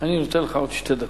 אני נותן לך עוד שתי דקות.